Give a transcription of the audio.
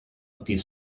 dydd